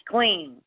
Clean